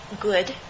good